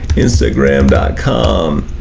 instagram com.